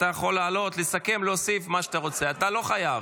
על גופתי, הוא אומר.